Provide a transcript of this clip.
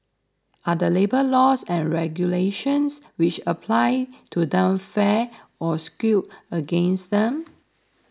are the labour laws and regulations which apply to them fair or skewed against them